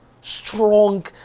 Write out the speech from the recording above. Strong